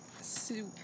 soup